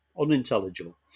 Unintelligible